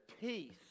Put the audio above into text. peace